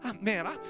man